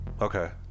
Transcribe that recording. okay